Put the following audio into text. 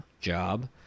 job